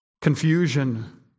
confusion